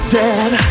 dead